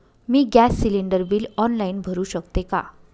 मी gas cylinder bill online भरु शकते का?